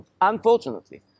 unfortunately